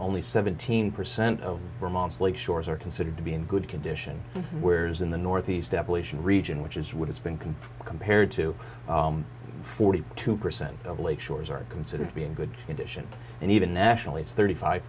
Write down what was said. only seventeen percent of vermont's lake shores are considered to be in good condition where is in the northeast appalachian region which is what has been can compared to forty two percent of lake shores are considered to be in good condition and even nationally it's thirty five